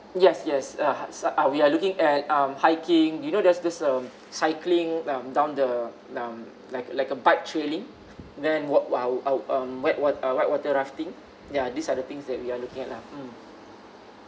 yes yes uh uh we are looking at um hiking you know there's this um cycling um down the um like like a bike trailing then walk while I'll um wet wat~ uh ) white water rafting ya these are the things that we're looking at lah mm